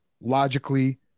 logically